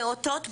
פעוטות בוגרים,